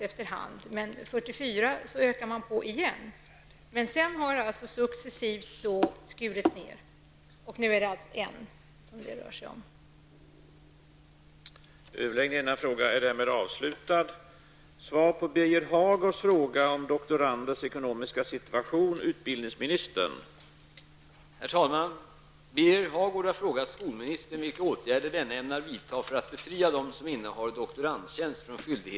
Därefter har man successivt skurit ned antalet musikkårer, och nu handlar det alltså om en.